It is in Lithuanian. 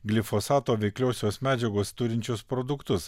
glifosato veikliosios medžiagos turinčius produktus